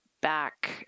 back